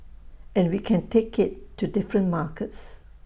and we can take IT to different markets